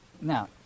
Now